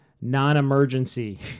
non-emergency